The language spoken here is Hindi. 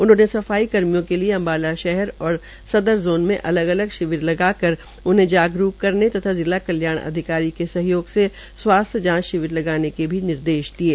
उन्होंने सफाई कर्मियों के लिए अम्बाला शहर और सदर जोन में अलग अलग शिविर लगाकर उन्हें जागरूक करने तथा जिला कल्याण अधिकारी के सहयोग से स्वास्थ्य जांच शिविर लगवाने के भी निर्देश दिये